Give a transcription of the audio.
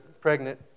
pregnant